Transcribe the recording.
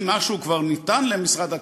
אם משהו כבר ניתן למשרד,